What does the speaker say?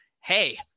Hey